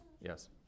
Yes